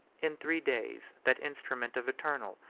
in three days that instrument of eternal,